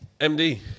MD